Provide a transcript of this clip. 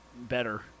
better